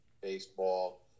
baseball